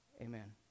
Amen